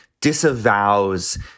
disavows